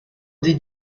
des